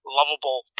lovable